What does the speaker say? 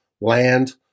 land